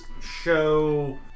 show